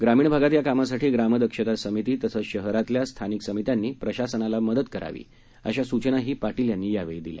ग्रामीण भागात या कामासाठी ग्राम दक्षता समिती तसंच शहरातल्या स्थानिक समित्यांनी प्रशासनाला मदत करावी अशा सूचनाही पाटील यांनी यावेळी दिल्या